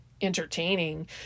entertaining